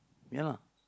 ya lah